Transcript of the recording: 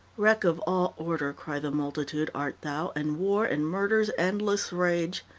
wreck of all order, cry the multitude, art thou, and war and murder's endless rage.